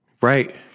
Right